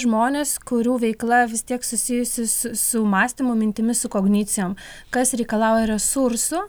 žmonės kurių veikla vis tiek susijusi su su mąstymu mintimis su kognicijom kas reikalauja resursų